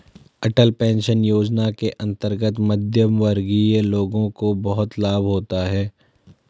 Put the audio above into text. अटल pension योजना के अंतर्गत मध्यमवर्गीय लोगों को बहुत लाभ होता है